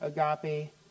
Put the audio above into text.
Agape